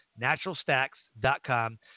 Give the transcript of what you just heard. naturalstacks.com